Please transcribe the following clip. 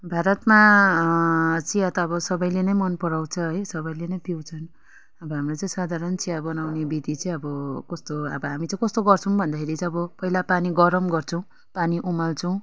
भारतमा चिया त अब सबैले नै मन पराउँछ है सबैले नै पिउँछन् अब हामीले साधारण चिया बनाउने विधि चाहिँ अब कस्तो अब हामी चाहिँ कस्तो गर्छौँ भन्दाखेरि चाहिँ अब पहिला पानी गरम गर्छौँ पानी उमाल्छौँ